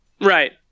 Right